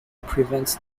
prevents